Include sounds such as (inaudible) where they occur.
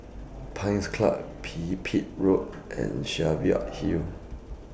Pines Club Pipit Road (noise) and Cheviot Hill